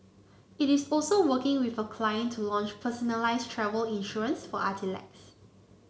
it is also working with a client to launch personalised travel insurance for athletes